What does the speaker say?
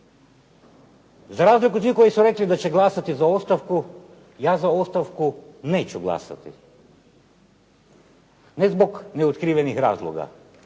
Za razliku od tih koji su rekli da će glasati za ostavku, ja za ostavku neću glasati. Ne zbog neotkrivenih razloga,